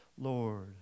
Lord